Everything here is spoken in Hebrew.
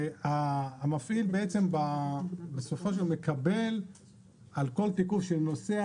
המפעיל בסופו של דבר מקבל על כל תיקוף של נוסע